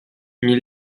mille